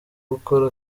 gukora